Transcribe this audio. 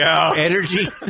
energy